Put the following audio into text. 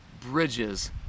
Bridges